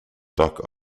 doc